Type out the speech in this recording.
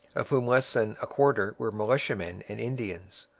of whom less than a quarter were militiamen and indians.